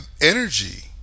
energy